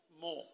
more